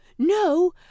No